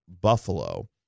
Buffalo